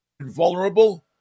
vulnerable